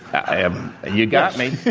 i have you got me.